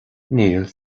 níl